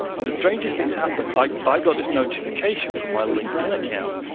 the strangest thing happened. i got this notification from my linkedin account.